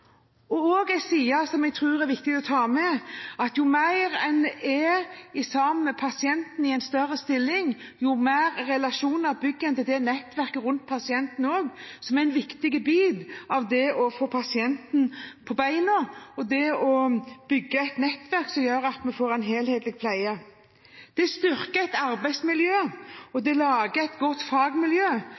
side jeg tror det er viktig å ta med, er at jo mer man er sammen med pasienten, i en større stilling, jo bedre relasjoner bygger man til nettverket rundt pasienten, som er en viktig bit av det å få pasienten på beina. Det bygger et nettverk som fører til helhetlig pleie. Det styrker et arbeidsmiljø og det lager et godt fagmiljø.